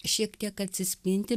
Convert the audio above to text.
šiek tiek atsispindi